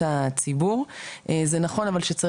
אותי לא צריך